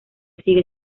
sigue